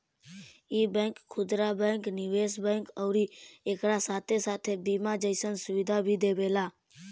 इ बैंक खुदरा बैंक, निवेश बैंक अउरी एकरा साथे साथे बीमा जइसन सुविधा भी देवेला